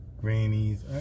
grannies